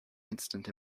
instant